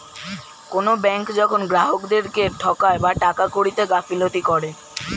কোনো ব্যাঙ্ক যখন গ্রাহকদেরকে ঠকায় বা টাকা কড়িতে গাফিলতি করে